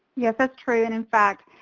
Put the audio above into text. yes, that's true. and in fact,